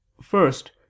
First